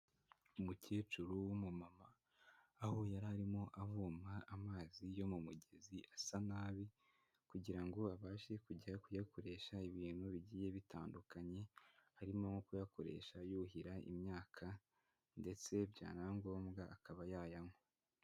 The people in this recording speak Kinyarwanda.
Umukecuru w'umumama aho yari arimo avoma amazi yo mu mugezi asa nabi kugira ngo abashe kujya kuyakoresha ibintu bigiye bitandukanye, harimo nko kuyakoresha yuhira imyaka ndetse byanaba ngombwa akaba yayanywa.